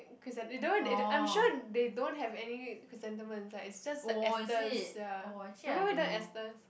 chrysan~ they don't they I'm sure they don't have any chrysanthemum inside it's just the esters ya remember we learn esters